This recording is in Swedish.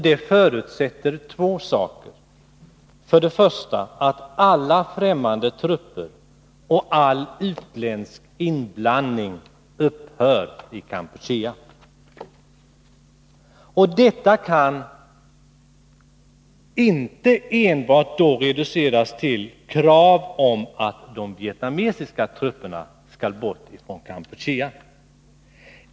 Detta förutsätter två saker. För det första att alla främmande trupper försvinner från Kampuchea och att all utländsk inblandning upphör där. Detta kan inte enbart reduceras till krav om att de vietnamesiska trupperna skall bort från Kampuchea.